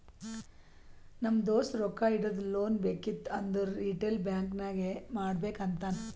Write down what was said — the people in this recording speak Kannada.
ನಮ್ ದೋಸ್ತ ರೊಕ್ಕಾ ಇಡದು, ಲೋನ್ ಬೇಕಿತ್ತು ಅಂದುರ್ ರಿಟೇಲ್ ಬ್ಯಾಂಕ್ ನಾಗೆ ಮಾಡ್ಬೇಕ್ ಅಂತಾನ್